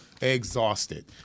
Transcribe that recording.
exhausted